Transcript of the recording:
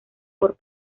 por